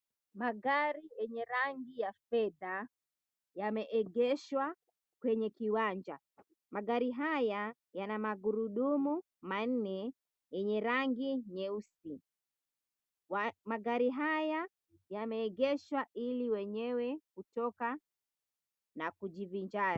Magari yenye rangi ya fedha yameegeshwa kwenye kiwanja. Magari haya yana magurudumu manne yenye rangi nyeusi. Magari haya yameegeshwa ili wenyewe kutoka na kujivinjari.